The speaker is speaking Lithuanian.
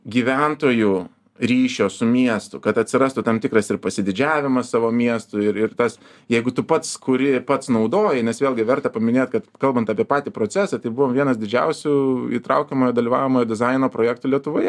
gyventojų ryšio su miestu kad atsirastų tam tikras ir pasididžiavimas savo miestu ir ir tas jeigu tu pats kuri pats naudoji nes vėlgi verta paminėt kad kalbant apie patį procesą tai buvo vienas didžiausių įtraukiamojo dalyvaujamojo dizaino projektų lietuvoje